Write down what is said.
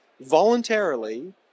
voluntarily